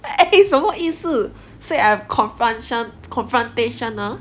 eh 什么意思 say I've confrontational